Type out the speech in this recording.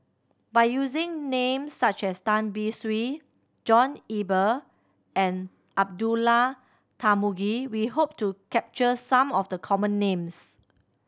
by using names such as Tan Beng Swee John Eber and Abdullah Tarmugi we hope to capture some of the common names